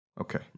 Okay